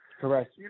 Correct